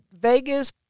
Vegas